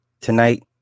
tonight